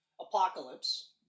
Apocalypse